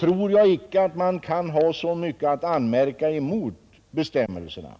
tror jag inte att man kan ha så mycket att anmärka mot bestämmelserna.